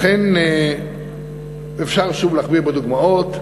לכן, אפשר שוב להכביר דוגמאות,